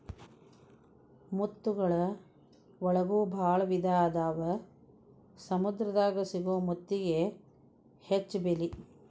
ಮುತ್ತುಗಳ ಒಳಗು ಭಾಳ ವಿಧಾ ಅದಾವ ಸಮುದ್ರ ದಾಗ ಸಿಗು ಮುತ್ತಿಗೆ ಹೆಚ್ಚ ಬೆಲಿ